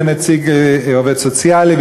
יהיה עובד סוציאלי,